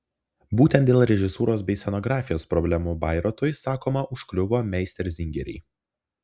būtent dėl režisūros bei scenografijos problemų bairoitui sakoma užkliuvo meisterzingeriai